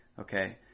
Okay